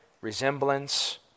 resemblance